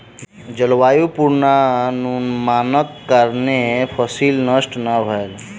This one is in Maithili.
जलवायु पूर्वानुमानक कारणेँ फसिल नष्ट नै भेल